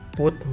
put